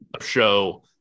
show